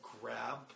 grab